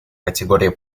категории